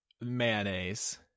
mayonnaise